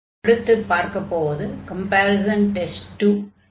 அடுத்து பார்க்கப்போவது comparison test 2